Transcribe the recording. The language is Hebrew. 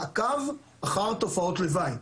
מעקב אחר תופעות לוואי.